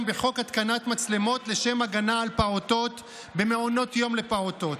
בחוק התקנת מצלמות לשם הגנה על פעוטות במעונות יום לפעוטות.